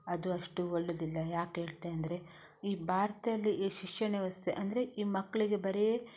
ಅದು ಅಷ್ಟು ಒಳ್ಳೆಯದಿಲ್ಲ ಯಾಕೆ ಹೇಳ್ತೇನೆ ಅಂದರೆ ಈ ಭಾರತದಲ್ಲಿ ಈ ಶಿಕ್ಷಣ ವ್ಯವಸ್ಥೆ ಅಂದರೆ ಈ ಮಕ್ಕಳಿಗೆ ಬರೀ